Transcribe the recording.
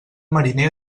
mariner